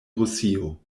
rusio